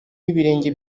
ibirenge